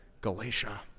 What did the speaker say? Galatia